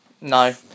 No